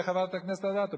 חברת הכנסת אדטו?